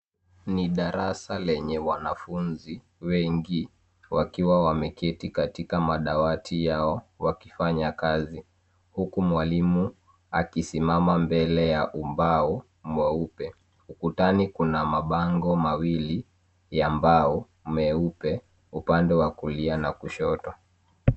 Ni darasa lenye wanafunzi wengi wakiwa wameketi katika madawati yao wakifanya kazi huku mwalimu akisimama mbele ya ubao mweupe. UKutani kuna mabango mawili ya mbao meupe upande wa kulia na kushoto.